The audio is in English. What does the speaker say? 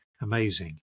amazing